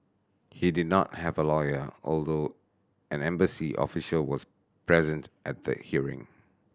he did not have a lawyer although an embassy official was present at the hearing